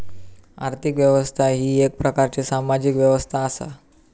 आर्थिक व्यवस्था ही येक प्रकारची सामाजिक व्यवस्था असा